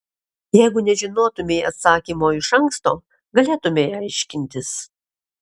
jeigu nežinotumei atsakymo iš anksto galėtumei aiškintis